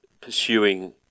pursuing